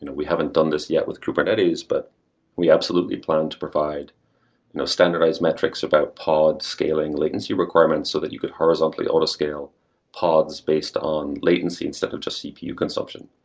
and we haven't done this yet with kubernetes, but we absolutely plan to provide standardized metrics about pod scaling latency requirements so that you could horizontally auto-scale pods based on latency instead of just cpu consumption,